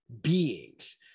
beings